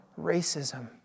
racism